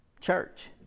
church